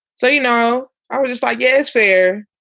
so, you know, i was just, i guess, fair.